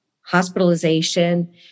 hospitalization